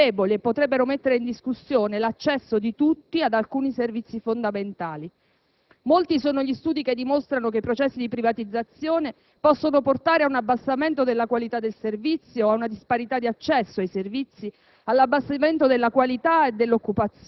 tra le aree economicamente più forti e quelle più deboli e potrebbero mettere in discussione l'accesso di tutti ad alcuni sevizi fondamentali. Molti sono gli studi che dimostrano che i processi di privatizzazione possono portare ad un abbassamento della qualità del servizio o ad una disparità di accesso ai servizi,